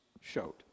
showed